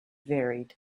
varied